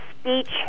speech